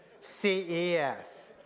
c-e-s